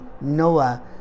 Noah